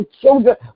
children